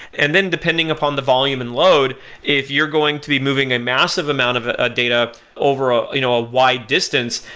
and then depending upon the volume and load if you're going to be moving a massive amount of ah ah data over ah you know a wide distance,